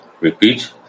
Repeat